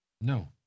No